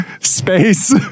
space